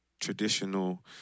traditional